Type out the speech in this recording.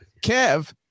Kev